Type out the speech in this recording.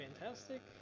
fantastic